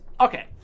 Okay